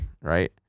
right